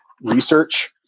research